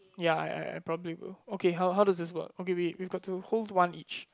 ya I I I probably will okay how does this work okay we we've got to hold one each